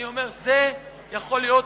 אני אומר שזה יכול להיות